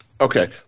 Okay